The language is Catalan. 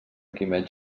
quimet